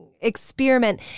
experiment